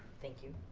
thank you.